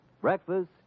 Breakfast